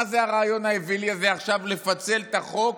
מה זה הרעיון האווילי הזה עכשיו לפצל את החוק?